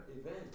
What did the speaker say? event